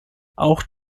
auch